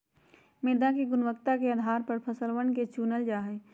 मृदा के गुणवत्ता के आधार पर फसलवन के चूनल जा जाहई